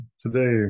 today